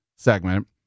Segment